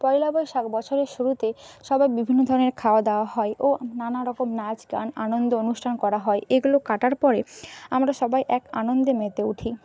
পয়লা বৈশাখ বছরের শুরুতে সবাই বিভিন্ন ধরনের খাওয়া দাওয়া হয় ও নানারকম নাচ গান আনন্দ অনুষ্ঠান করা হয় এগুলো কাটার পরে আমরা সবাই এক আনন্দে মেতে উঠি